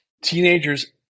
teenagers